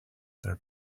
there